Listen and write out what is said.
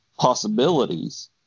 possibilities